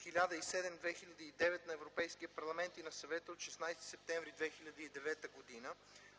1007/2009 на Европейския парламент и на Съвета от 16 септември 2009 г.